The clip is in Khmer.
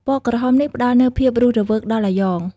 ពណ៌ក្រហមនេះផ្តល់នូវភាពរស់រវើកដល់អាយ៉ង។